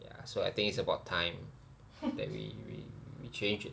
ya so I think it's about time that we we we change it